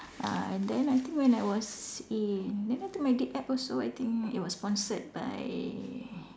uh and then I think when I was in then I took my DipEd also I think it was sponsored by